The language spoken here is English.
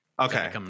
Okay